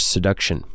Seduction